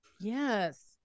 Yes